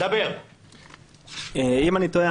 אם אני טועה,